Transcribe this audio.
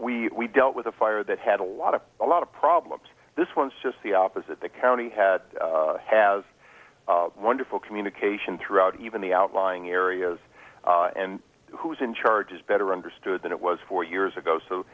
we dealt with a fire that had a lot of a lot of problems this was just the opposite the county had has wonderful communication throughout even the outlying areas and who's in charge is better understood than it was four years ago so